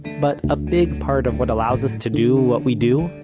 but a big part of what allows us to do what we do,